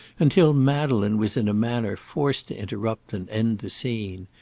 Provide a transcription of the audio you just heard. until madeleine was in a manner forced to interrupt and end the scene.